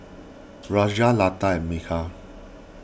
Razia Lata and Milkha